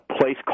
place